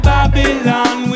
Babylon